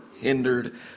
hindered